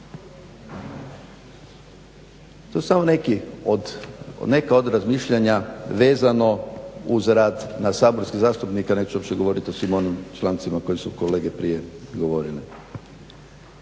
To su samo neki, neka od razmišljanja vezano uz rad na saborskih zastupnika, neću uopće govoriti o svim onim člancima koje su kolege prije govorile.